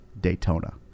Daytona